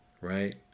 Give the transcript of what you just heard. right